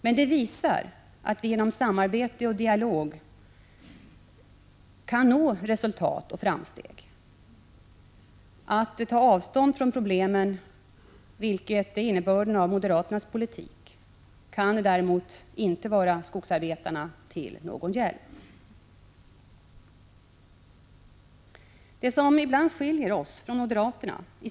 Men det visar att vi genom samarbete och dialog kan nå resultat och framsteg. Att ta avstånd från problemen, vilket är innebörden av moderaternas politik, kan däremot inte vara skogsarbetarna till någon hjälp. Det som ibland skiljer oss från moderaterna i synen på demokrati och Prot.